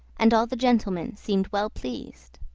and all the gentlemen seemed well pleased.